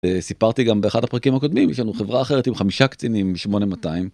סיפרתי גם באחד הפרקים הקודמים יש לנו חברה אחרת עם חמישה קצינים מ-8200